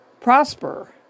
prosper